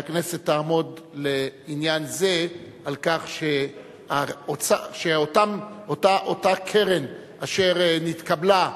שהכנסת תעמוד לעניין זה על כך שאותה קרן אשר נתקבלה,